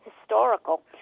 historical